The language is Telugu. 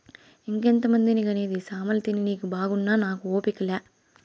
ఇంకెంతమందిని కనేది సామలతిని నీకు బాగున్నా నాకు ఓపిక లా